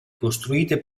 costruite